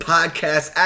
Podcast